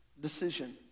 decision